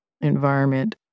environment